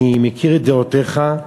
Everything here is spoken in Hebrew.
אני מכיר את דעותיך,